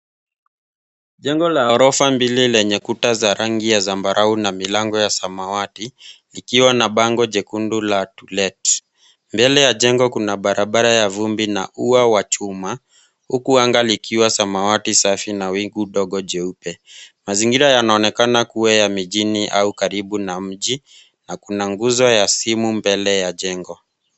Jengo la ghorofa mbili lenye kuta za rangi ya zambarau na milango ya samawati, likiwa na bango jekundu la TO LET . Mbele ya jengo, kuna barabara ya vumbi na ua wa chuma, huku anga likiwa samawati safi na wingu dogo jeupe. Mazingira yanaonekana kua ya mijini au karibu na mji, na kuna nguzo ya simu mbele ya jengo.